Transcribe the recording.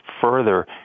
further